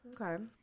Okay